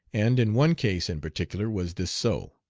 and in one case in particular was this so.